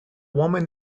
woman